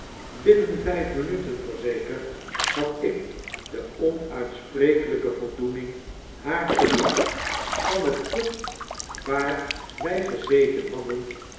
binnen vijf minuten voorzeker had ik de onuitsprekelyke voldoening haar te zien van het punt waar wy gezeten hadden